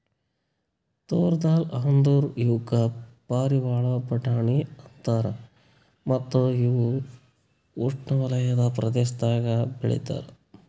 ತೂರ್ ದಾಲ್ ಅಂದುರ್ ಇವುಕ್ ಪಾರಿವಾಳ ಬಟಾಣಿ ಅಂತಾರ ಮತ್ತ ಇವು ಉಷ್ಣೆವಲಯದ ಪ್ರದೇಶದಾಗ್ ಬೆ ಳಿತಾರ್